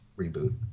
reboot